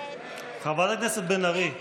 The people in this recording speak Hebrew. נגד חברת הכנסת בן ארי,